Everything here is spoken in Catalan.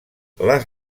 les